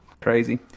Crazy